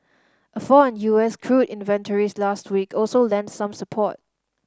a fall in U S crude inventories last week also lent some support